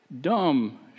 dumb